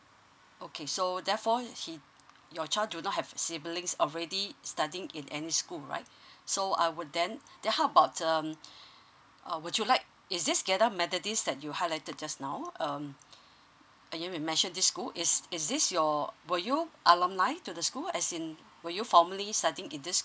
okay so therefore he your child do not have siblings already studying in any school right so I will then then how about the or would you like is this geylang methodist that you highlighted just no um uh you mentioned this school is this is this your were you alumni to the school as in were you formerly studying in this